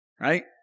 right